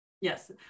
Yes